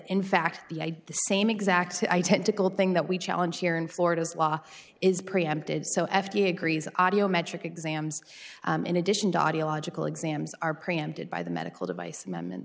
in fact the same exact identical thing that we challenge here in florida law is preempted so f d a agrees audio metric exams in addition daddio logical exams are preempted by the medical device momen